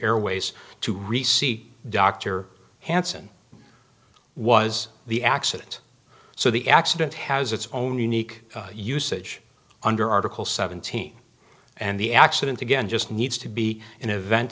airways to receive the dr hansen it was the accident so the accident has its own unique usage under article seventeen and the accident again just needs to be an event